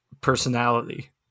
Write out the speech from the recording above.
personality